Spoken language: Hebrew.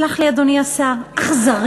סלח לי, אדוני השר, אכזרי,